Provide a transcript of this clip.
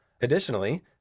Additionally